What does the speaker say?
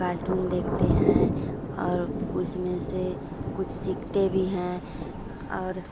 cartoon देखते हैं और उसमें से कुछ सीखते भी हैं और